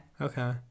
okay